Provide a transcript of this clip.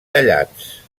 tallats